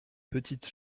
petites